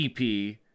EP